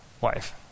wife